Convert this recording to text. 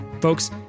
Folks